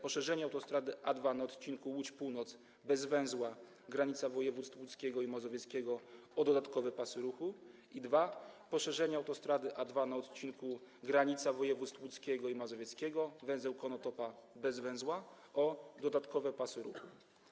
Poszerzenie autostrady A2 na odcinku Łódź Północ - bez węzła - granica województw łódzkiego i mazowieckiego o dodatkowy pas ruchu i Poszerzenie autostrady A2 na odcinku granica województw łódzkiego i mazowieckiego - węzeł Konotopa - bez węzła - o dodatkowe pasy ruchu.